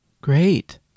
Great